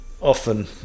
often